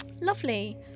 Lovely